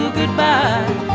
goodbye